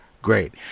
Great